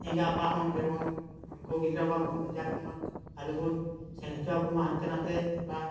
ᱮᱸᱜᱟ ᱟᱯᱟ ᱦᱚᱸ ᱡᱮᱢᱚᱱ ᱩᱱᱠᱩ ᱜᱤᱫᱽᱨᱟᱹ ᱵᱟᱵᱚᱱ ᱵᱷᱮᱡᱟ ᱠᱚᱢᱟ ᱟᱞᱚᱵᱚᱱ ᱥᱮᱱ ᱦᱚᱪᱚᱣᱟᱠᱚᱢᱟ ᱦᱟᱱᱛᱮ ᱱᱟᱛᱮ ᱛᱷᱚᱲᱟ